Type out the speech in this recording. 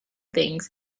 things